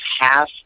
half